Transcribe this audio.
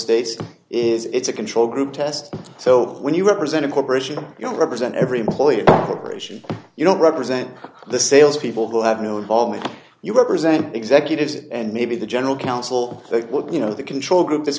states it's a control group test so when you represent a corporation you don't represent every employee corporation you don't represent the salespeople who have no involvement you represent executives and maybe the general counsel you know the control group is